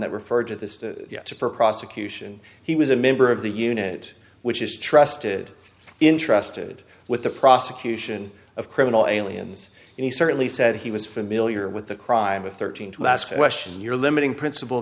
that referred to this to to for prosecution he was a member of the unit which is trusted interested with the prosecution of criminal aliens and he certainly said he was familiar with the crime of thirteen to ask questions in your limiting princip